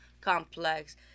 complex